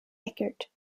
eckert